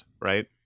right